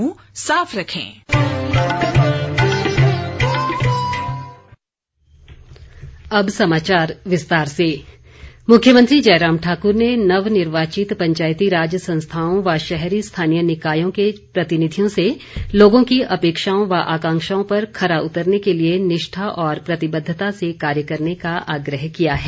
मुख्यमंत्री मुख्यमंत्री जयराम ठाकुर ने नवनिर्वाचित पंचायती राज संस्थाओं व शहरी स्थानीय निकायों के प्रतिनिधियों से लोगों की अपेक्षाओं व आकांक्षाओं पर खरा उतरने के लिए निष्ठा और प्रतिबद्धता से कार्य करने का आग्रह किया है